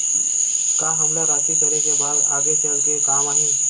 का हमला राशि करे के बाद आगे चल के काम आही?